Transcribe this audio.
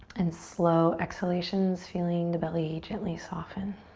and slow exhalations, feeling the belly gently soften.